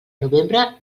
novembre